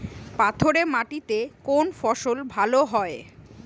পাথরে মাটিতে কোন ফসল ভালো হয়?